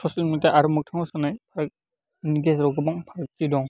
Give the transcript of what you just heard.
social media आरो मोगथाङाव जानायनि गेजेराव गोबां फारागथि दं